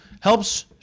helps